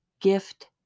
gift